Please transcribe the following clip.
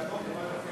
אין?